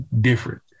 different